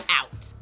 out